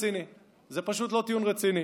ואז פתאום היא התיישרה,